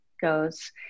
goes